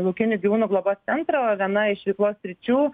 laukinių gyvūnų globos centro viena iš veiklos sričių